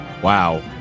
Wow